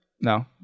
No